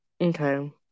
Okay